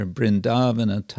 Brindavana